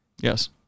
yes